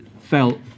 felt